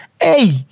Hey